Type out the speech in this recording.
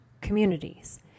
communities